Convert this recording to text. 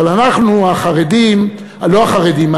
אבל אנחנו, ה"מתנגדים",